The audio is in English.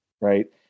right